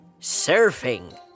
surfing